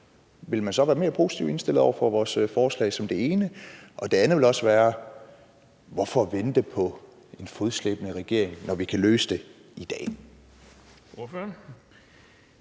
vil man være mere positivt indstillet over for vores forslag? Det er det ene. Det andet spørgsmål vil være: Hvorfor vente på en fodslæbende regering, når vi kan løse det i dag?